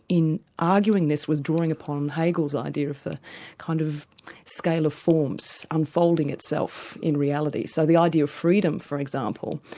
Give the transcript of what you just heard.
in arguing this, was drawing upon hegel's idea of the kind of scale of forms unfolding itself in reality. so the idea of freedom, for example,